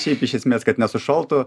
šiaip iš esmės kad nesušaltų